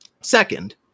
Second